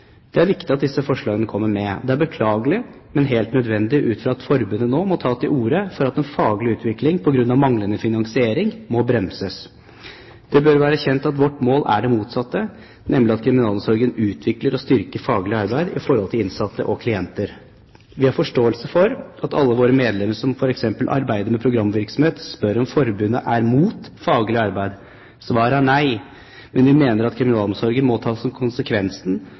Det er viktig at disse forslagene kommer med . Det er beklagelig, men helt nødvendig at forbundet nå må ta til orde for at den faglige utvikling på grunn av manglende finansiering, må bremses. Det bør være kjent at vårt mål er det motsatte, nemlig at kriminalomsorgen utvikler og styrker faglig arbeid i forhold til innsatte og klienter. Vi har forståelse for at alle våre medlemmer som for eks arbeider med programvirksomhet, spør om forbundet er mot faglig arbeid. Svaret er nei, men vi mener kriminalomsorgen må ta konsekvensen